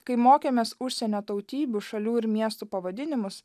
kai mokėmės užsienio tautybių šalių ir miestų pavadinimus